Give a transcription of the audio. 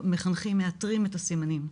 גם כשמחנכים מאתרים את הסימנים,